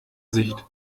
sicht